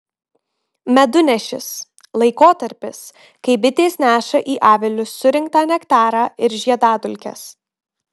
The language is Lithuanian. medunešis laikotarpis kai bitės neša į avilius surinktą nektarą ir žiedadulkes